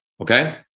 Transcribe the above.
okay